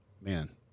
man